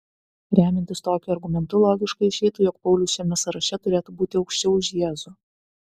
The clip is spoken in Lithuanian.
remiantis tokiu argumentu logiškai išeitų jog paulius šiame sąraše turėtų būti aukščiau už jėzų